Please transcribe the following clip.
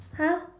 !huh!